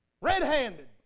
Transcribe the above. Red-handed